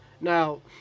Now